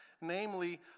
Namely